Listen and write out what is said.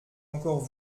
encore